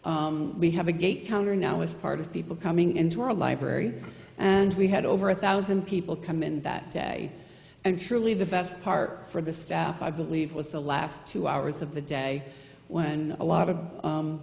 we have a gate counter now as part of people coming into our library and we had over a thousand people come in that day and truly the best part for the staff i believe was the last two hours of the day when a lot of